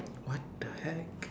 what the heck